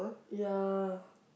ya